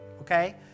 okay